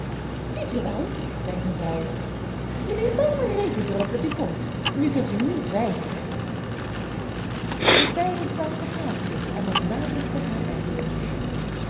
ziet u wel zei zijn vrouw mijnheer palmer rekent er op dat u komt nu kunt u niet weigeren doch beiden bedankten haastig en met nadruk voor hare uitnoodiging